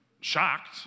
shocked